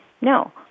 no